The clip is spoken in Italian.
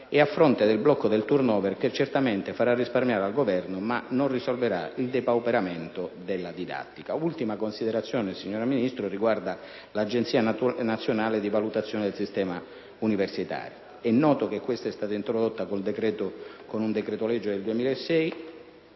a fronte del blocco del *turnover,* che certamente farà risparmiare al Governo ma non risolverà il depauperamento della didattica. Un'ultima considerazione, signora Ministro, riguarda l'Agenzia nazionale di valutazione del sistema universitario. È noto che è stata introdotta con un decreto-legge del 2006;